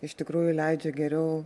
iš tikrųjų leidžia geriau